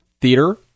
theater